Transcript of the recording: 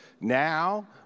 Now